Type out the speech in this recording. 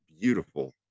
beautiful